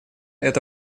эта